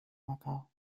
macao